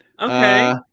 Okay